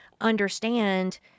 understand